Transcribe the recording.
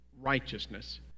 righteousness